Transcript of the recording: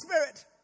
Spirit